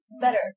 better